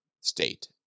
state